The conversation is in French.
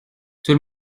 tout